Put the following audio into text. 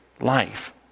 life